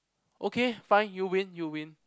okay fine you win you win